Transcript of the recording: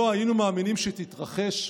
לא היינו מאמינים שתתרחש.